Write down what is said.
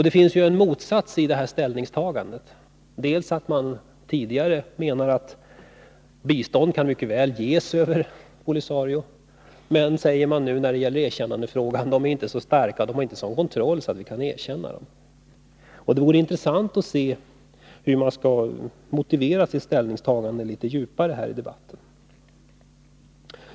Det finns en motsats i det här ställningstagandet. Tidigare har man ju menat att bistånd mycket väl kan ges över POLISARIO. Men nu säger man när det gäller erkännandefrågan att de inte är så starka eller har sådan kontroll att vi skall erkänna dem. Det vore intressant att se hur man skall motivera sitt ställningstagande litet djupare här i debatten.